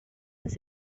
his